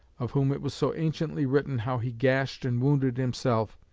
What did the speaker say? of whom it was so anciently written how he gashed and wounded himself,